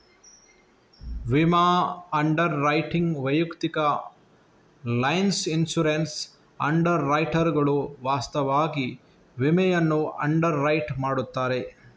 ವಿಮಾ underwriting ವೈಯಕ್ತಿಕ lines insurance ಅಂಡರ್ ರೈಟರುಗಳು ವಾಸ್ತವವಾಗಿ ವಿಮೆಯನ್ನು ಅಂಡರ್ ರೈಟ್ ಮಾಡುತ್ತಾರೆ